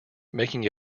making